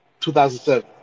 2007